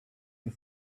and